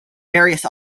various